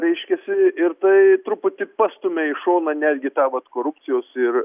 reiškiasi ir tai truputį pastumia į šoną netgi tą vat korupcijos ir